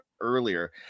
earlier